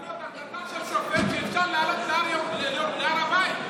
יצאתם לגנות החלטה של שופט שאפשר לעלות להר הבית.